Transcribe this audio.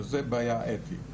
וזו בעיה אתית.